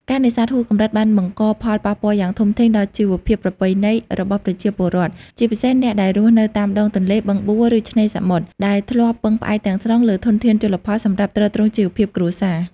ការនេសាទហួសកម្រិតបានបង្កផលប៉ះពាល់យ៉ាងធំធេងដល់ជីវភាពប្រពៃណីរបស់ប្រជាពលរដ្ឋ ជាពិសេសអ្នកដែលរស់នៅតាមដងទន្លេ បឹងបួ ឬឆ្នេរសមុទ្រ ដែលធ្លាប់ពឹងផ្អែកទាំងស្រុងលើធនធានជលផលសម្រាប់ទ្រទ្រង់ជីវភាពគ្រួសារ។